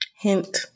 Hint